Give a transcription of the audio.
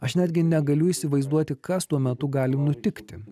aš netgi negaliu įsivaizduoti kas tuo metu gali nutikti